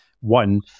one